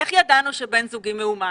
איך ידענו שבן זוגי מאומת?